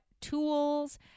tools